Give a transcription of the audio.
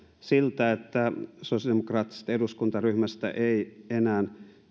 siltä että sosiaalidemokraattisesta eduskuntaryhmästä ei enää